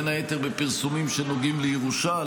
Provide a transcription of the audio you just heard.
בין היתר בפרסומים שנוגעים לירושה,